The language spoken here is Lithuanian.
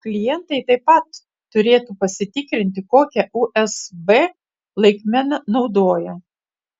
klientai taip pat turėtų pasitikrinti kokią usb laikmeną naudoja